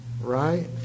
right